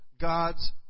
God's